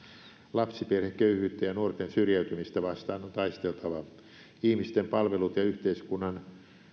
lapsiperheköyhyyttä ja nuorten syrjäytymistä vastaan on taisteltava ihmisten palvelut ja yhteiskunnan